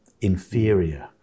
inferior